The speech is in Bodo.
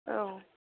औ